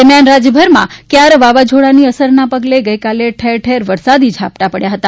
દરમ્યાન રાજ્યભરમાં ક્યાર વાવાઝોડાની અસરના પગલે ગઈકાલે ઠેર ઠેર વરસાદી ઝાપટા પડ્યા ફતા